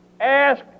ask